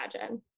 imagine